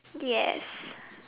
yes